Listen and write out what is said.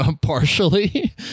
partially